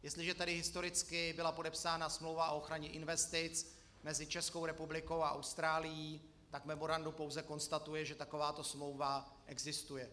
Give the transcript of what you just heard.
Jestliže tedy historicky byla podepsána smlouva o ochraně investic mezi Českou republikou a Austrálií, tak memorandum pouze konstatuje, že takováto smlouva existuje.